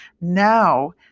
Now